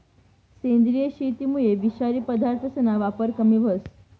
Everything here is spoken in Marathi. सेंद्रिय शेतीमुये विषारी पदार्थसना वापर कमी व्हयी